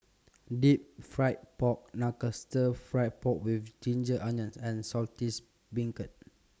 Deep Fried Pork Knuckle Stir Fry Pork with Ginger Onions and Saltish Beancurd